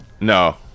No